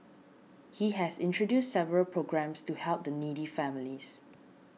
he has introduced several programmes to help the needy families